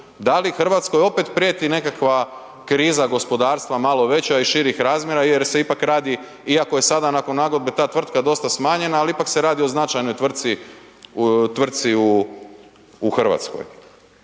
da li RH opet prijeti nekakva kriza gospodarstva malo veća i širih razmjera jer se ipak radi iako je sada nakon nagodbe ta tvrtka dosta smanjena, ali ipak se radi o značajnoj tvrtci, tvrtci